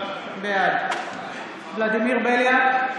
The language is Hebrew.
בעד ולדימיר בליאק,